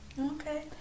Okay